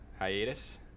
hiatus